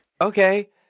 Okay